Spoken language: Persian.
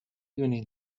دونین